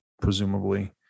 presumably